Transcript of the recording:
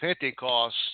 Pentecost